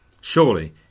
Surely